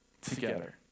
together